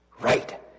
Right